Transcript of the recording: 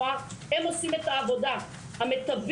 מה עוד את יכולה להגיד לנו?